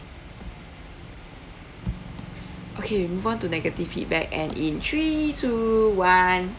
okay move on to negative feedback and in three two one